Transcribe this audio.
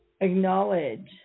acknowledge